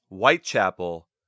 Whitechapel